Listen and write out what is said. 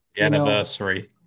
anniversary